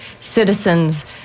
citizens